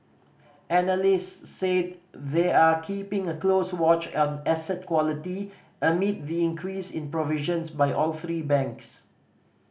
analyst said they are keeping a close watch on asset quality amid the increase in provisions by all three banks